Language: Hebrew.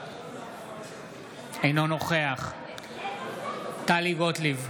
אינו נוכח טלי גוטליב,